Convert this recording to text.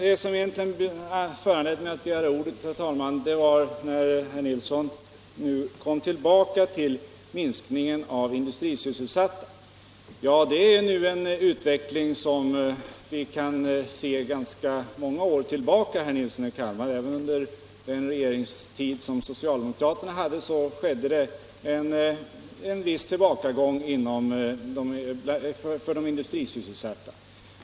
Det som egentligen föranledde mig att begära ordet, herr talman, var att herr Nilsson i Kalmar kom tillbaka till minskningen av antalet industrisysselsatta. Det är en utveckling som vi har haft sedan ganska många år tillbaka. Även under socialdemokraternas regeringstid skedde en viss tillbakagång i antalet industrisysselsatta.